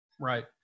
Right